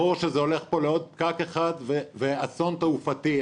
ברור שזה הולך פה לעוד פקק אחד ואסון תעופתי.